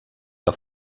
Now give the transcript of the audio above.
que